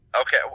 Okay